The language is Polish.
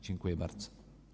Dziękuję bardzo.